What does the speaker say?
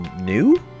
new